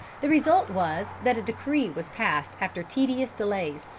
the result was, that a decree was passed after tedious delays,